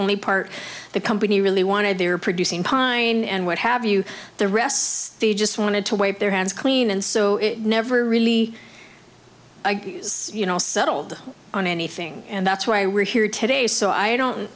only part the company really wanted they're producing pine and what have you the rest just wanted to wait their hands clean and so it never really you know settled on anything and that's why we're here today so i don't